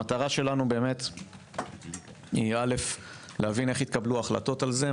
המטרה שלנו היא אל"ף להבין איך התקבלו ההחלטות על זה,